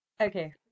Okay